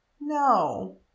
No